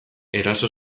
eraso